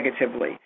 negatively